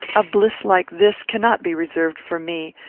a bliss like this cannot be reserved for me.